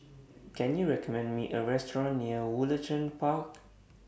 Can YOU recommend Me A Restaurant near Woollerton Park